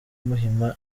muhima